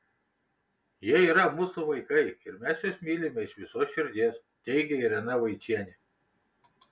jie yra mūsų vaikai ir mes juos mylime iš visos širdies teigia irena vaičienė